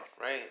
right